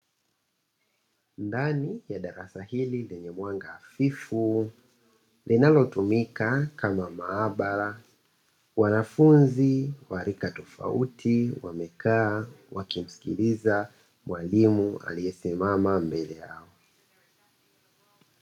Ndani ya darasa hili lenye mwanga hafifu linalo tumika kama maabara, wanafunzi warika tofauti wamekaa wakimsikiliza mwalimu aliye simama mbele yao.